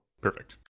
Perfect